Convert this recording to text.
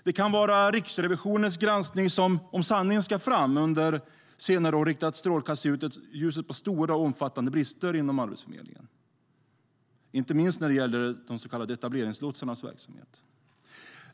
Det kan vara Riksrevisionens granskning, som om sanningen ska fram under senare år har riktat strålkastarljuset på stora och omfattande brister inom Arbetsförmedlingen, inte minst när det gäller etableringslotsarnas verksamhet.